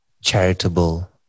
charitable